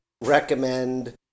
recommend